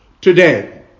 today